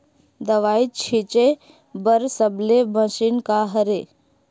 दवाई छिंचे बर सबले मशीन का हरे?